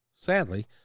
Sadly